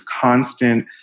constant